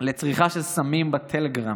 של צריכה של סמים, בטלגרם,